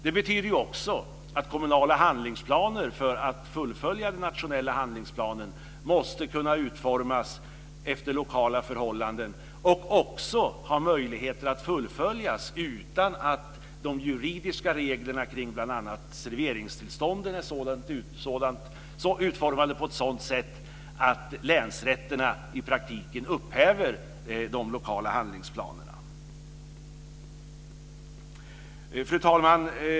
Det betyder också att kommunala handlingsplaner för att fullfölja den nationella handlingsplanen måste kunna utformas efter lokala förhållanden. Det måste också finnas möjligheter att fullfölja den utan att de juridiska reglerna kring bl.a. serveringstillstånd är utformade på ett sådant sätt att länsrätterna i praktiken upphäver de lokala handlingsplanerna. Fru talman!